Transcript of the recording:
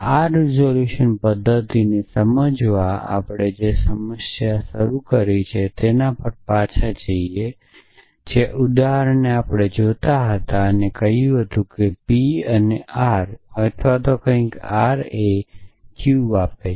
આ રીઝોલ્યુશન પદ્ધતિને સમજવા આપણે જે સમસ્યા શરૂ કરી છે તેના પર પાછા જઈએ છીએ જે ઉદાહરણને આપણે જોતા કહ્યું હતું કે P અને R અથવા કંઈક R એ Q આપે છે